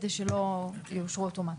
כדי שלא יאושרו אוטומטית.